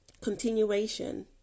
Continuation